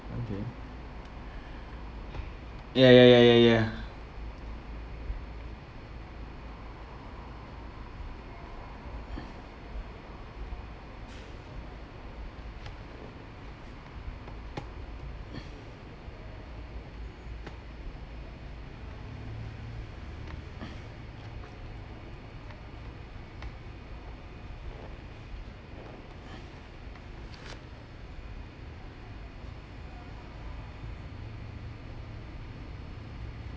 okay ya ya ya ya ya